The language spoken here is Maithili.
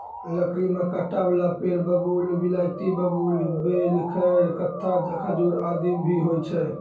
लकड़ी में कांटा वाला पेड़ बबूल, बिलायती बबूल, बेल, खैर, कत्था, खजूर आदि भी होय छै